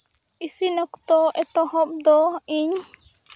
ᱤᱥᱤᱱ ᱚᱠᱛᱚ ᱮᱛᱚᱦᱚᱵ ᱫᱚ ᱤᱧ